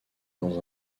dans